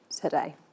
today